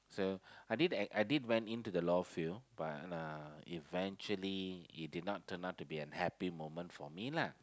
so I did I did went in to the law field but uh eventually it did not turn out to be a happy moment for me lah